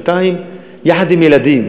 כשנתיים, יחד עם ילדים.